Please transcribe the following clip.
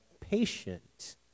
patient